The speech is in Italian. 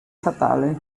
fatale